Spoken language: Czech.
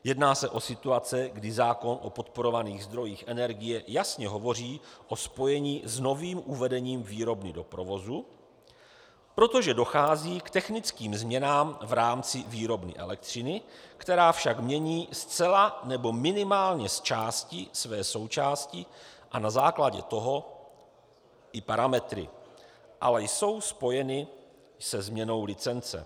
Jedná se o situace, kdy zákon o podporovaných zdrojích energie jasně hovoří o spojení s novým uvedením výrobny do provozu, protože dochází k technickým změnám v rámci výrobny elektřiny, která však mění zcela, nebo minimálně zčásti své součásti a na základě toho i parametry, ale jsou spojeny se změnou licence.